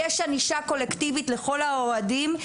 יש ענישה קולקטיבית לכל האוהדים.